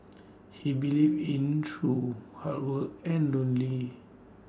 he believes in truth hard work and lonely